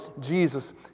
Jesus